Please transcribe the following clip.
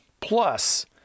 plus